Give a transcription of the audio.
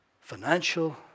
financial